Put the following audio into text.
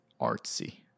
artsy